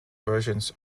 versions